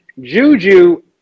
Juju